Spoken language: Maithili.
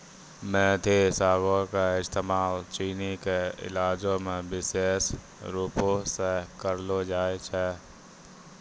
मेथी सागो के इस्तेमाल चीनी के इलाजो मे विशेष रुपो से करलो जाय छै